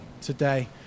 today